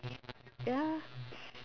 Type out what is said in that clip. ya